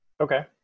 Okay